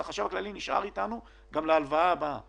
ולכן אי אפשר לנהל את המשבר הזה רק על הרגל של ההלוואות כרגע.